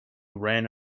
ran